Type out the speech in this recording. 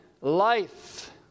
life